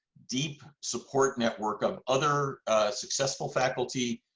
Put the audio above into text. deep support network of other successful faculty,